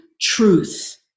truth